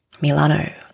Milano